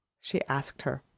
she asked her,